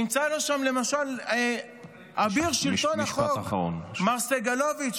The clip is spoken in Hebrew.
נמצא שם, למשל, אביר שלטון החוק מר סגלוביץ'.